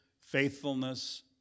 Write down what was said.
faithfulness